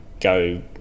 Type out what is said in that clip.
go